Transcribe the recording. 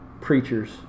preachers